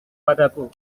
padaku